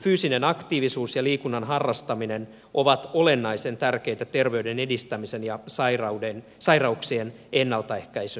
fyysinen aktiivisuus ja liikunnan harrastaminen ovat olennaisen tärkeitä terveyden edistämisen ja sairauksien ennaltaehkäisyn kannalta